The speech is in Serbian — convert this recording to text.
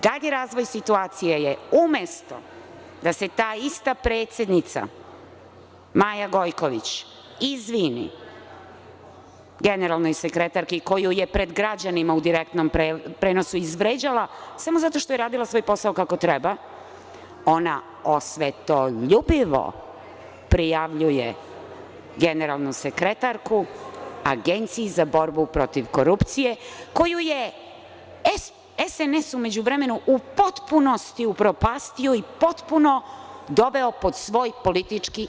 Dalji razvoj situacije je, umesto da se ta ista predsednica, Maja Gojković, izvini generalnoj sekretarki koju je pred građanima u direktnom prenosu izvređala samo zato što je radila svoj posao kako treba, ona osvetoljubivo prijavljuje generalnu sekretarku Agenciji za borbu protiv korupcije, koju je SNS u međuvremenu u potpunosti upropastio i potpuno doveo pod svoj politički